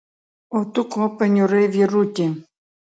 o tu ko paniurai vyruti